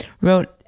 wrote